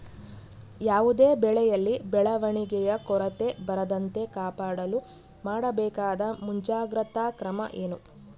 ಯಾವುದೇ ಬೆಳೆಯಲ್ಲಿ ಬೆಳವಣಿಗೆಯ ಕೊರತೆ ಬರದಂತೆ ಕಾಪಾಡಲು ಮಾಡಬೇಕಾದ ಮುಂಜಾಗ್ರತಾ ಕ್ರಮ ಏನು?